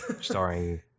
starring